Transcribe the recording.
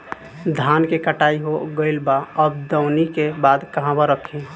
धान के कटाई हो गइल बा अब दवनि के बाद कहवा रखी?